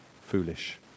foolish